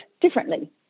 differently